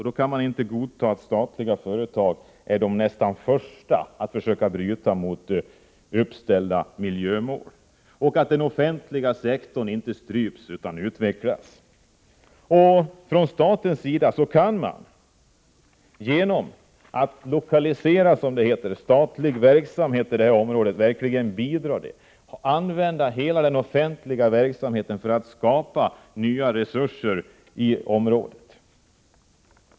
Vi kan inte godta att statliga företag nära nog är de första att försöka bryta mot uppställda miljökrav. Dessutom är det nödvändigt att den offentliga sektorn inte stryps utan utvecklas. Staten kan bidra genom att som det heter lokalisera statlig verksamhet till området. Man måste använda hela den offentliga verksamheten för att skapa nya resurser i Bergslagen.